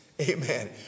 amen